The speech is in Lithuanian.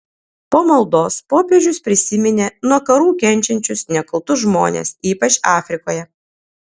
po maldos popiežius prisiminė nuo karų kenčiančius nekaltus žmones ypač afrikoje